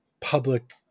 public